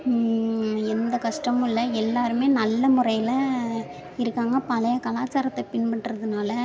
எந்த கஷ்டமும் இல்லை எல்லோருமே நல்ல முறையில் இருக்காங்க பழைய கலாச்சாரத்தை பின்பற்றதனால